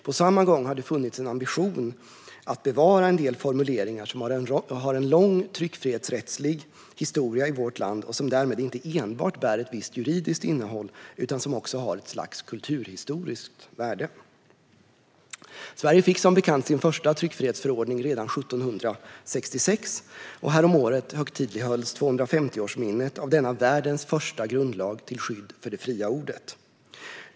På samma gång har det funnits en ambition att bevara en del formuleringar som har en lång tryckfrihetsrättslig historia i vårt land och som därmed inte enbart bär ett visst juridiskt innehåll utan också har ett slags kulturhistoriskt värde. Sverige fick som bekant sin första tryckfrihetsförordning redan 1766, och häromåret högtidlighölls 250-årsminnet av denna världens första grundlag till skydd för det fria ordet.